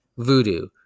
voodoo